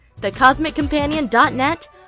thecosmiccompanion.net